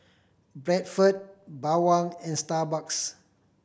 Bradford Bawang and Starbucks